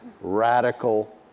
radical